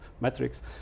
metrics